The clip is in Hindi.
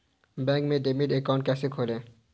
बैंक में डीमैट अकाउंट कैसे खोलें?